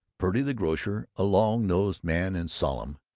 purdy, the grocer, a long-nosed man and solemn,